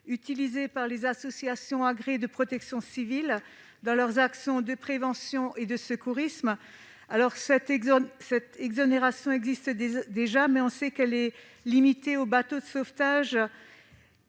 utilisé par les associations agréées de protection civile dans leurs actions de prévention et de secourisme. Cette exonération existe déjà, mais elle est limitée aux bateaux de sauvetage